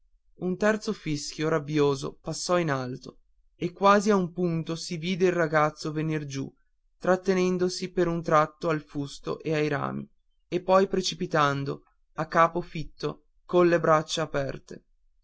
un terzo fischio rabbioso passò in alto e quasi ad un punto si vide il ragazzo venir giù trattenendosi per un tratto al fusto ed ai rami e poi precipitando a capo fitto colle braccia aperte